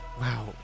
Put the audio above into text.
wow